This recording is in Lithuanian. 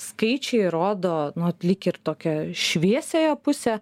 skaičiai rodo nu lyg ir tokią šviesiąją pusę